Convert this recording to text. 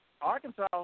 Arkansas